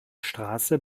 straße